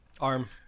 Arm